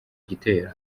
gitero